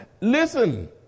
Listen